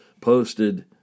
posted